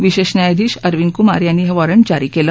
विशेष न्यायाधीश अरविंद कुमार यांनी हे वॉरंट जारी केलं